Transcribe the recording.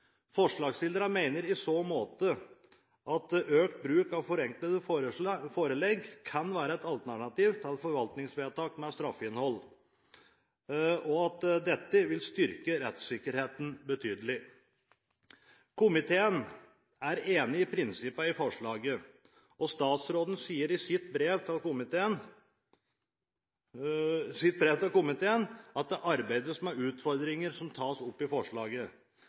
Forslagsstillerne mener i så måte at økt bruk av forenklede forelegg kan være et alternativ til forvaltningsvedtak med straffinnhold, og at dette vil styrke rettssikkerheten betydelig. Komiteen er enig i prinsippene i forslaget, og statsråden sier i sitt brev til komiteen at det arbeides med utfordringer som tas opp i forslaget.